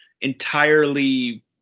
entirely